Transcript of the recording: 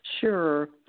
Sure